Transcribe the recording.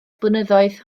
blynyddoedd